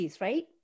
right